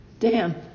Dan